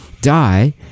die